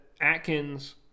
Atkins